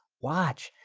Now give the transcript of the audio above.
watch.